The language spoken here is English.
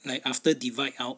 like after divide out